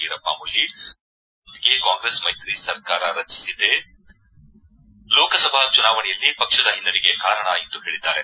ವೀರಪ್ಪ ಮೊಯಿಲಿ ರಾಜ್ಯದಲ್ಲಿ ಜೆಡಿಎಸ್ನೊಂದಿಗೆ ಕಾಂಗ್ರೆಸ್ ಮೈತ್ರಿ ಸರ್ಕಾರ ರಚಿಸಿದ್ದೇ ಲೋಕಸಭಾ ಚುನಾವಣೆಯಲ್ಲಿ ಪಕ್ಷದ ಹಿನ್ನಡೆಗೆ ಕಾರಣ ಎಂದು ಹೇಳಿದ್ದಾರೆ